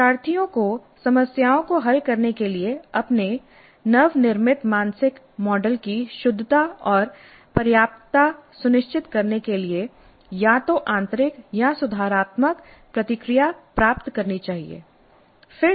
शिक्षार्थियों को समस्याओं को हल करने के लिए अपने नवनिर्मित मानसिक मॉडल की शुद्धता और पर्याप्तता सुनिश्चित करने के लिए या तो आंतरिक या सुधारात्मक प्रतिक्रिया प्राप्त करनी चाहिए